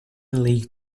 league